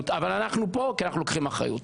אבל אנחנו פה כי אנחנו לוקחים אחריות.